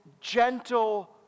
gentle